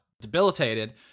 debilitated